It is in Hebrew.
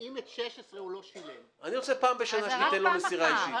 אם את 2016 הוא לא שילם --- אני רוצה שפעם בשנה תיתן לו מסירה אישית.